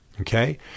okay